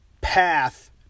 path